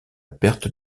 perte